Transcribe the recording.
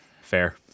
Fair